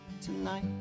tonight